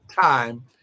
time